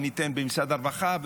וניתן במשרד הרווחה,